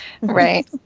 right